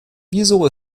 wieso